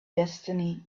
destiny